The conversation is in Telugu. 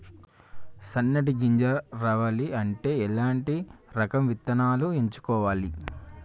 సన్నటి గింజ రావాలి అంటే ఎలాంటి రకం విత్తనాలు ఎంచుకోవాలి?